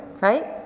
right